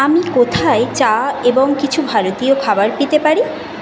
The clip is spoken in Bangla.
আমি কোথায় চা এবং কিছু ভারতীয় খাবার পেতে পারি